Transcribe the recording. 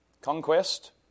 Conquest